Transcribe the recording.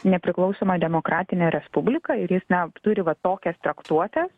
nepriklausoma demokratinė respublika ir jis na turi va tokias traktuotes